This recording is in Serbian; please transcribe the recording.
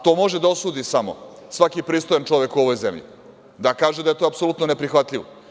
To može da osudi samo svaki pristojan čovek u ovoj zemlji, da kaže da je to apsolutno neprihvatljivo.